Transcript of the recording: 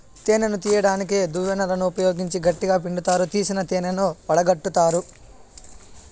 తేనెను తీయడానికి దువ్వెనలను ఉపయోగించి గట్టిగ పిండుతారు, తీసిన తేనెను వడగట్టుతారు